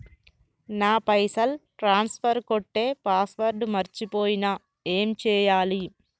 నా పైసల్ ట్రాన్స్ఫర్ కొట్టే పాస్వర్డ్ మర్చిపోయిన ఏం చేయాలి?